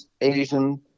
Asian